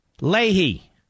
Leahy